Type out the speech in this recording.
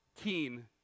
keen